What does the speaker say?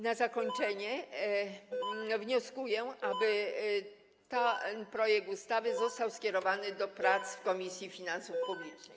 Na zakończenie wnioskuję, aby ten projekt ustawy został skierowany do prac w Komisji Finansów Publicznych.